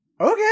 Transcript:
okay